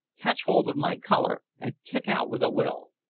catch hold of my collar, and kick out with a will!